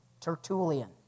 Tertullian